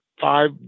five